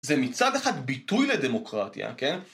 זה מצד אחד ביטוי לדמוקרטיה, כן?